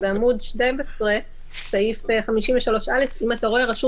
בעמוד 12 בסעיף 53(א) אם אתה רואה כתוב: